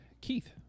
Keith